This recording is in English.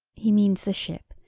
he means the ship,